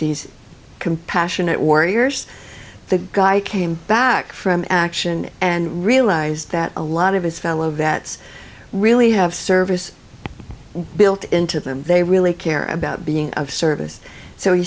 these compassionate warriors the guy came back from action and realized that a lot of his fellow vets really have service built into them they really care about being of service so he